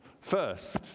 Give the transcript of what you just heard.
First